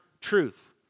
truth